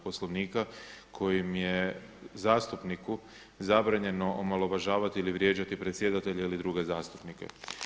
Poslovnika kojim se zastupniku zabranjeno omalovažavati ili vrijeđati predsjedatelja ili druge zastupnike.